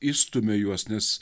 išstumia juos nes